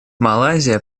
малайзия